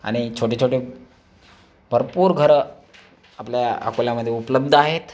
आणि छोटेछोटे भरपूर घरं आपल्या अकोल्यामध्ये उपलब्ध आहेत